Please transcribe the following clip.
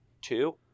two